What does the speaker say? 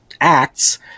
acts